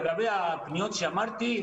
לגבי הפניות שאמרתי,